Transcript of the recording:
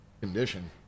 condition